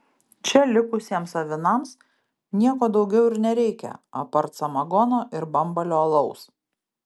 čia likusiems avinams nieko daugiau ir nereikia apart samagono ir bambalio alaus